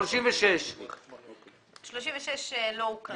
סעיף 36. סעיף 36 לא הוקרא.